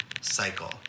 cycle